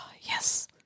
Yes